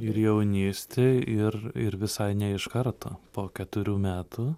ir jaunystė ir ir visai ne iš karto po keturių metų